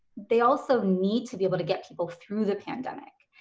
they also need to be able to get people through the pandemic.